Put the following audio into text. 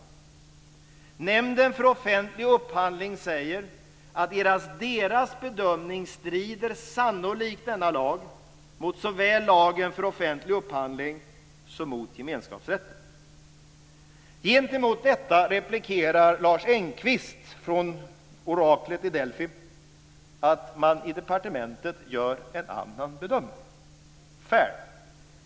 Nämnden för offentlig upphandling säger att enligt deras bedömning strider sannolikt denna lag såväl mot lagen om offentlig upphandling som mot gemenskapsrätten. Gentemot detta replikerar Lars Engqvist - från oraklet i Delfi - att man i departementet gör en annan bedömning. Fair!